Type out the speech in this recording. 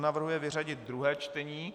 Navrhuje vyřadit druhé čtení.